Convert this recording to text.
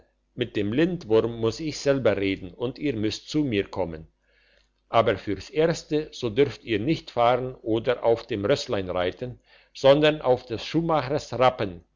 mit dem lindwurm muß ich selber reden und ihr müßt zu mir kommen aber für's erste so dürft ihr nicht fahren oder auf dem rößlein reiten sondern auf des schuhmachers rappen